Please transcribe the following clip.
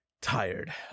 tired